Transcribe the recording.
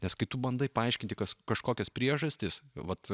nes kai tu bandai paaiškinti kas kažkokias priežastis vat